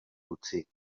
utzi